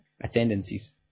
attendances